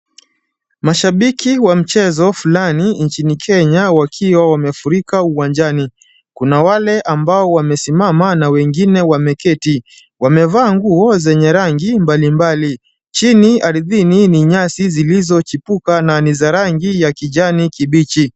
Mashabiki wa mchezo fulani nchini Kenya wakiwa wamefurika uwanjani. Kuna wale ambao wamesimama na wengine wameketi. Wamevaa nguo zenye rangi mbalimbali. Chini ardhini ni nyasi zilizochipuka na ni za rangi ya kijani kibichi.